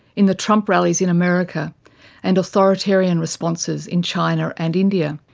in the trump rallies in america and authoritarian responses in china and india,